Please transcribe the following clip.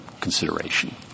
Consideration